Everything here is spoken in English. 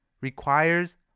Requires